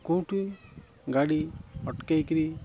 କେଉଁଠୁ ଗାଡ଼ି ଅଟକାଇ କରି